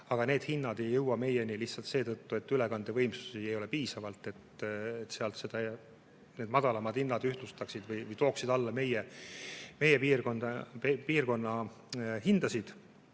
aga need hinnad ei jõua meieni lihtsalt seetõttu, et ülekandevõimsusi ei ole piisavalt, et sealt need madalamad hinnad ühtlustaksid või tooksid alla meie piirkonna hindasid.